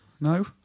No